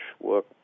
work